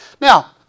now